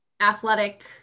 athletic